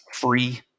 Free